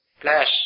flash